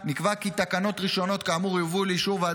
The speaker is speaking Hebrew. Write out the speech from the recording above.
נקבע כי תקנות ראשונות כאמור יובאו לאישור ועדת